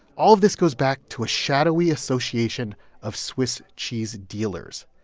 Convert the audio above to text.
all of this goes back to a shadowy association of swiss cheese dealers,